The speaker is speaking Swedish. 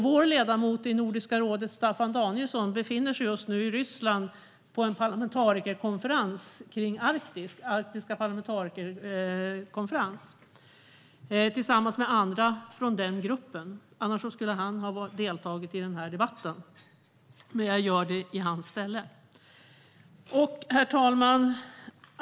Vår ledamot i Nordiska rådet, Staffan Danielsson, befinner sig just nu i Ryssland på en arktisk parlamentarikerkonferens tillsammans med andra från den gruppen. Annars skulle han ha deltagit i den här debatten. Men jag deltar i hans ställe. Herr talman!